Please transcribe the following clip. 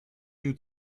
you